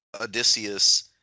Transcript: Odysseus